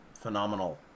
phenomenal